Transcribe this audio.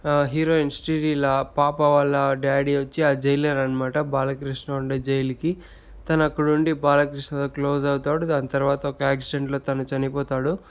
heroine Sree Leela పాప వాళ్ళ daddy వచ్చి ఆ జైలర్ అనమాట బాలకృష్ణ ఉండే జైలుకి తను అక్కడ నుండి బాలకృష్ణతో క్లోజ్ అవుతాడు దాని తర్వాత ఒక ఆక్సిడెంట్లో తను చనిపోతాడు